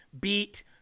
beat